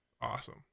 awesome